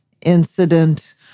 incident